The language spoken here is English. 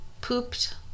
pooped